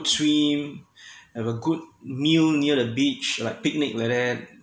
swim have a good meal near the beach like picnic like that